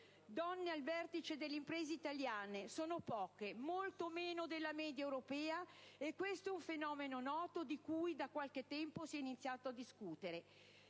donne al vertice delle imprese italiane sono poche, molto meno della media europea e questo è un fenomeno noto, di cui da qualche tempo si é iniziato a discutere.